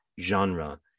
genre